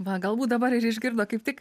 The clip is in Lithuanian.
va galbūt dabar ir išgirdo kaip tik